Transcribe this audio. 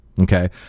Okay